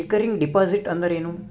Recurring deposit ಅಂದರೇನು?